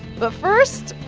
but first,